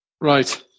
Right